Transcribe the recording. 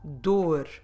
dor